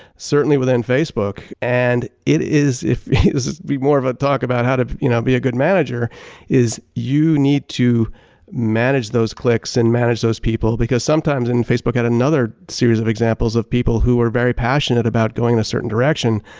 certainly within facebook and it is if it would be more of ah talk about how to you know be a good manager is you need to manage those clicks and manage those people because sometimes, in facebook and another series of examples of people who were very passionate about going in a certain direction.